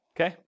Okay